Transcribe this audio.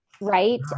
right